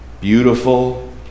beautiful